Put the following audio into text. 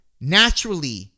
naturally